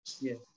Yes